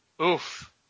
Oof